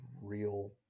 real